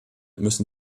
müssen